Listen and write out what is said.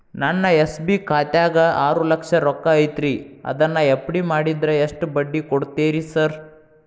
ನನ್ನ ಎಸ್.ಬಿ ಖಾತ್ಯಾಗ ಆರು ಲಕ್ಷ ರೊಕ್ಕ ಐತ್ರಿ ಅದನ್ನ ಎಫ್.ಡಿ ಮಾಡಿದ್ರ ಎಷ್ಟ ಬಡ್ಡಿ ಕೊಡ್ತೇರಿ ಸರ್?